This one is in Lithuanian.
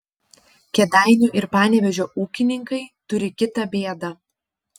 kėdainių ir panevėžio ūkininkai turi kitą bėdą